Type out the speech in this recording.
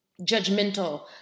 judgmental